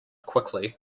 quickly